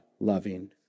loving